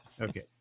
Okay